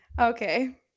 Okay